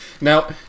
Now